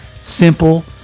simple